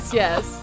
yes